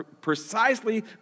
precisely